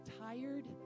tired